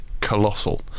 colossal